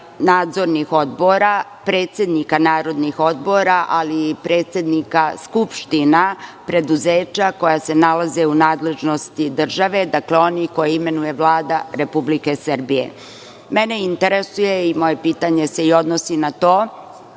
nadzornih odbora, predsednika nadzornih odbora, ali i predsednika skupština preduzeća, koja se nalaze u nadležnosti države. Dakle, oni koje imenuje Vlada Republike Srbije. Mene interesuje i moje pitanje se i odnosi na to